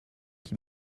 qui